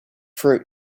fruit